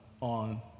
on